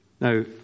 Now